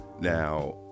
Now